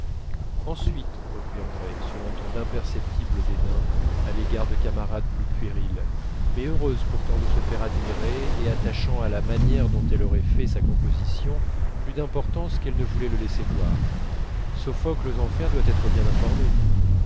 ensuite reprit andrée sur un ton d'imperceptible dédain à l'égard de camarades plus puériles mais heureuse pourtant de se faire admirer et attachant à la manière dont elle aurait fait sa composition plus d'importance qu'elle ne voulait le laisser voir sophocle aux enfers doit être bien informé